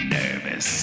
nervous